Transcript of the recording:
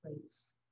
place